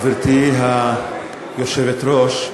גברתי היושבת-ראש,